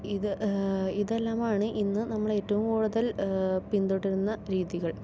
ഇത് ഇതെല്ലാം ആണ് ഇന്ന് നമ്മൾ ഏറ്റവും കൂടുതൽ പിന്തുടരുന്ന രീതികൾ